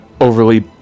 overly